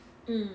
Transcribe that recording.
mm